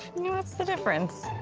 yeah what's the difference?